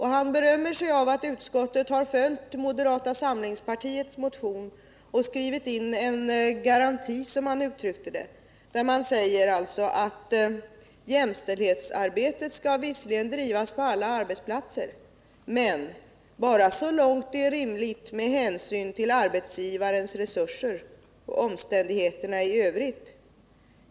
Han berömmer sig av att utskottet har följt moderata samlingspartiets motion och skrivit in en garanti, som han uttryckte det, där man säger att jämställdhetsarbetet visserligen skall bedrivas på alla arbetsplatser, men bara så långt det är rimligt med hänsyn till arbetsgivarens resurser och omständigheterna i övrigt.